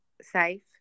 safe